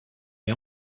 les